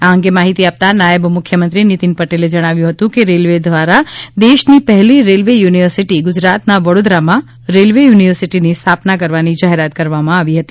આ અંગે માહિતી આપતા નાયબ મુખ્યમંત્રી નીતિન પટેલે જણાવ્યું હતું કે રેલ્વે દ્વારા દેશની પહેલી રેલ્વે યૂનિવર્સિટી ગુજરાતના વડોદારામાં રેલ્વે યૂનિવર્સિટીની સ્થાપના કરવાની જાહેરાત કરવામાં આવી હતી